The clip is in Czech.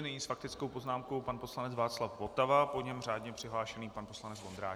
Nyní s faktickou poznámkou pan poslanec Václav Votava, po něm řádně přihlášený pan poslanec Vondráček.